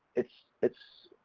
it's it's